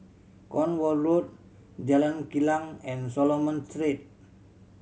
Cornwall Road Jalan Kilang and Solomon Street